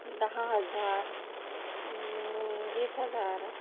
दहा हजार वीस हजार